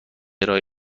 ارائه